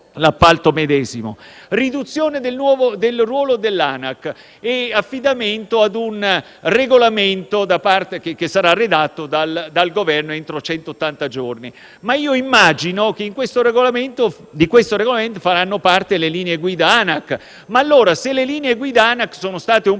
l'appalto medesimo? Riduzione del ruolo dell'ANAC e affidamento ad un regolamento che sarà redatto dal Governo entro centottanta giorni: io immagino che di questo regolamento faranno parte le linee guida ANAC. Ma se le linee guida ANAC sono state un